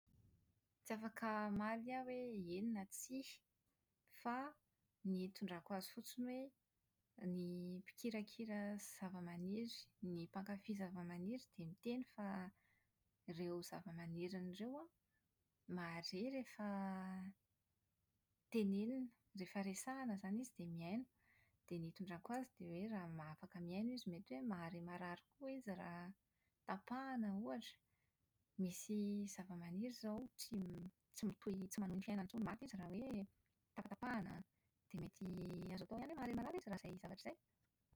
Tsy afaka hamaly aho hoe eny na tsia, fa ny hitondrako azy fotsiny hoe, ny mpikirakira zavamaniry, ny mpankafy zavamaniry dia miteny fa ireo zavamaniriny ireo an, mahare rehefa tenenina. Rehefa resahia izany izy dia mihaino. Dia ny hitondrako azy dia hoe raha afaka mihaino izy dia mety hoe mahare maharary koa izy raha tapahana ohatra. Misy zavamaniry izao tsy tsy mitohy tsy manohy ny fiainany intsony maty izy raha hoe tapatapahana dia mety azo atao hoe mahare maharary ihany izy raha izay zavatra izay.